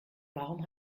warum